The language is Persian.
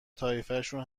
طایفشون